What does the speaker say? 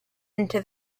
into